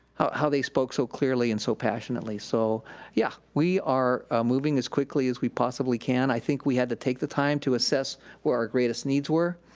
how how they spoke so clearly and so passionately, so yeah, we are moving as quickly as we possibly can, i think we had to take the time to assess what our greatest needs were,